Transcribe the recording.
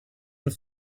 and